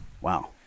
Wow